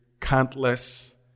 countless